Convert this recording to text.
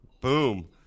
Boom